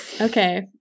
Okay